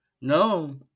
no